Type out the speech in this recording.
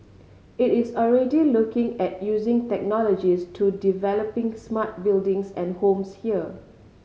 it is already looking at using technologies to developing smart buildings and homes here